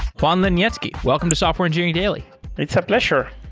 juan linietsky, welcome to software engineering daily it's a pleasure.